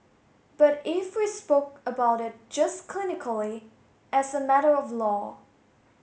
but if we spoke about it just clinically as a matter of law